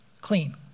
clean